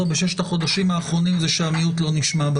בששת החודשים האחרונים זה שהמיעוט לא נשמע.